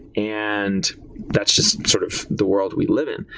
and that's just sort of the world we live in.